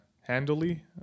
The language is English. handily